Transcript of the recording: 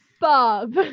Bob